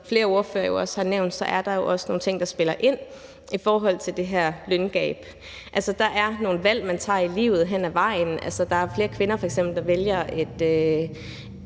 flere ordførere jo også har nævnt, er der også nogle ting, der spiller ind i forhold til det her løngab. Altså, der er nogle valg, man tager i livet hen ad vejen. Der er f.eks. flere kvinder, der vælger et